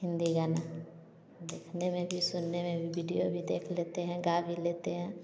हिंदी गाना देखने में भी सुनने में भी बिडियो भी देख लेते हैं गा भी लेते हैं